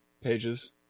pages